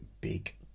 big